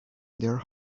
their